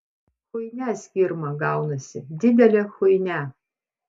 chuinia skirma gaunasi didelė chuinia